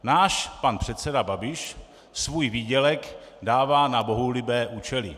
Náš pan předseda Babiš svůj výdělek dává na bohulibé účely.